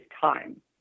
time